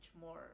more